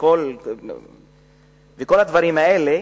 וכל הדברים האלה,